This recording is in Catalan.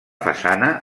façana